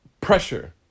pressure